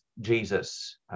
Jesus